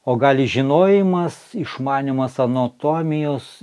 o gali žinojimas išmanymas anatomijos